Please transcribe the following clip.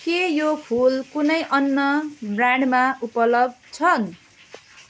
के यो फुल कुनै अन्य ब्रान्डमा उपलब्ध छन्